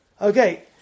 Okay